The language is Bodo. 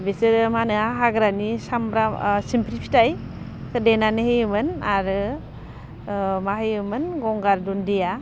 बिसोरो मा होनो हाग्रानि सामब्राम सिमफ्रि फिथायखौ देनानै होयोमोन आरो मा होयोमोन गंगार दुनदिया